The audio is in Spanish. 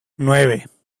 nueve